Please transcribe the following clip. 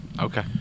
okay